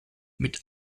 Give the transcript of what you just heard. mit